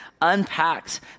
unpacks